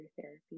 therapy